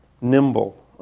nimble